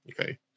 Okay